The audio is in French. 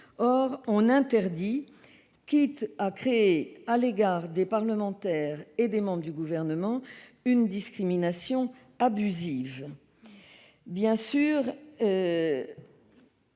familiaux, quitte à créer à l'égard des parlementaires et des membres du Gouvernement une discrimination abusive. Personne